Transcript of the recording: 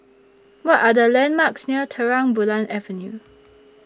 What Are The landmarks near Terang Bulan Avenue